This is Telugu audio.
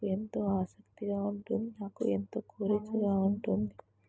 నాకు ఎంతో ఆసక్తిగా ఉంటుంది నాకు ఎంతో కొరతగా ఉంటుంది